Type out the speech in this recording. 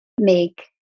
make